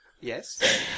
Yes